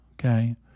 okay